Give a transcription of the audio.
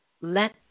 let